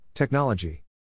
Technology